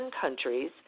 countries